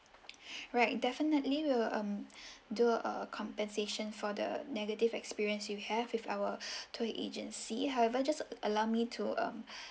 right definitely we'll do a compensation for the negative experience you have with our tour agency however just allow me to um